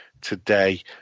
today